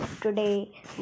today